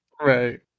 Right